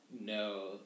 no